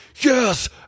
Yes